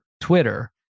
Twitter